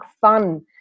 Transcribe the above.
fun